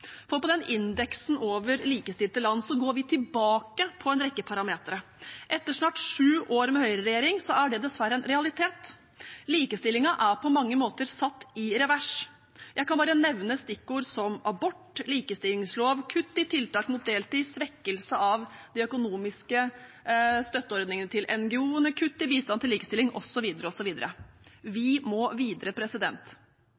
På indeksen over likestilte land går vi tilbake på en rekke parametere. Etter snart sju år med høyreregjering er det dessverre en realitet. Likestillingen er på mange måter satt i revers. Jeg kan bare nevne stikkord som abort, likestillingslov, kutt i tiltak mot deltid, svekkelse av de økonomiske støtteordningene til NGO-ene, kutt i bistand til likestilling,